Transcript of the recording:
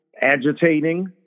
agitating